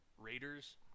Raiders